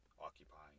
occupying